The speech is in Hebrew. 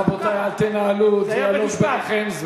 רבותי, אל תנהלו דיאלוג ביניכם.